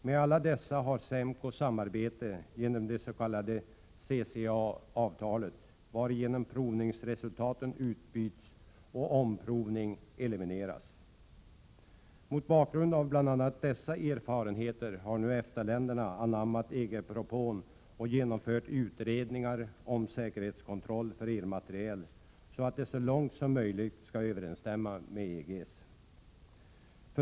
Med alla dessa har SEMKO samarbete genom det s.k. CCA-avtalet, varigenom provningsresultat utbyts och omprovning elimineras. Mot bakgrund av bl.a. dessa erfarenheter har nu EFTA-länderna anammat EG-propån och genomfört utredningar om säkerhetskontroll för elmateriel, så att bestämmelserna så långt som möjligt skall överensstämma med EG:s.